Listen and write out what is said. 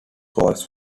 goals